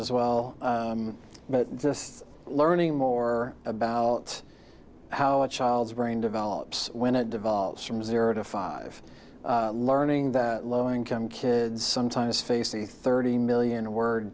as well but just learning more about how a child's brain develops when it devolves from zero to five learning that low income kids sometimes face the thirty million word